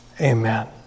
amen